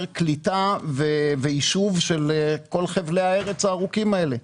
קליטה ויישוב של כל חבלי הארץ הארוכים האלה.